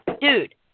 Dude